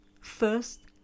first